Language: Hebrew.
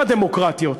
או אם הדמוקרטיות,